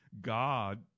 God